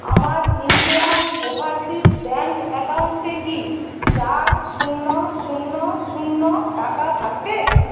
আমার Indian Overseas Bank অ্যাকাউন্টে কি চার শূন্য শূন্য শূন্য টাকা থাকবে